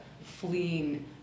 fleeing